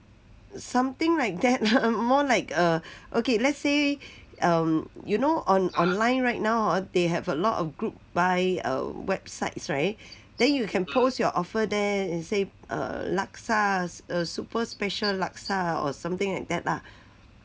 something like that more like err okay let's say um you know on online right now hor they have a lot of group buy err websites [right] then you can post your offer there and say err laksa err super special laksa or something like that lah